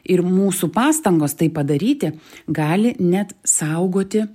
ir mūsų pastangos tai padaryti gali net saugoti